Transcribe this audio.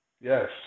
Yes